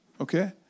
okay